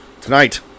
tonight